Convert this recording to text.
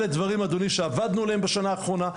אלה הדברים שעבדנו עליהם בשנה האחרונה.